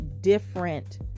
different